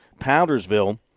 Powdersville